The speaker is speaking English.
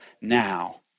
now